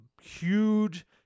huge